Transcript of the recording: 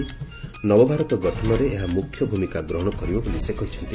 ନବଭାରତ ଗଠନରେ ଏହା ମୁଖ୍ୟଭୂମିକା ଗହଣ କରିବ ବୋଲି ସେ କହିଚ୍ଛନ୍ତି